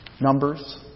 numbers